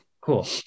cool